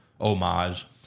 homage